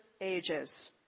ages